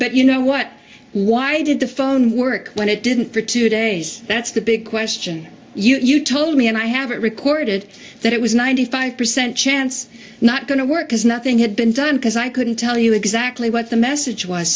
but you know what why did the phone work when it didn't for two days that's the big question you told me and i have it recorded that it was ninety five percent chance not going to work because nothing had been done because i couldn't tell you exactly what the message was